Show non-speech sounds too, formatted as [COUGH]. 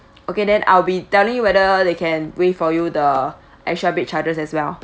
okay then I'll be telling you whether they can waive for you the [BREATH] extra bed charges as well